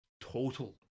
total